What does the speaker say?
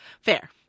fair